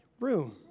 room